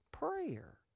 prayer